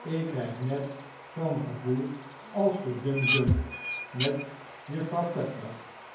ik krijg net zoo'n gevoel als te dumdum met juffrouw